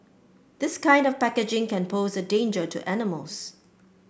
this kind of packaging can pose a danger to animals